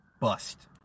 bust